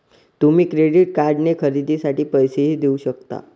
तुम्ही क्रेडिट कार्डने खरेदीसाठी पैसेही देऊ शकता